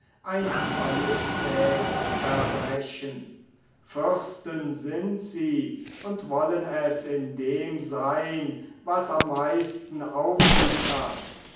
ein majestätsverbrechen fürsten sind sie und wollen es in dem seyn was am meisten auf sich hat